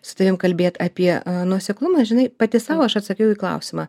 su tavim kalbėt apie nuoseklumą žinai pati sau aš atsakiau į klausimą